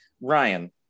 Ryan